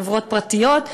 חברות פרטיות,